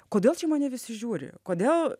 kodėl čia į mane visi žiūri kodėl